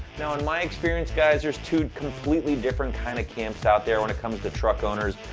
now, in my experience, guys, there's two completely different kind of camps out there when it comes to truck owners.